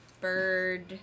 bird